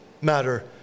matter